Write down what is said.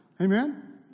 Amen